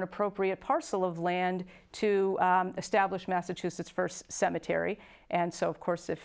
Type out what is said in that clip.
an appropriate parcel of land to establish massachusetts st cemetery and so of course if